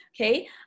okay